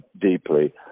deeply